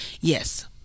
yes